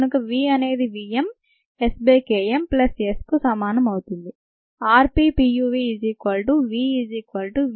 కనుక v అనేది v m S by K m plus Sకు సమానం అవుతుంది